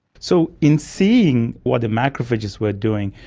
so in seeing what the macrophages were doing,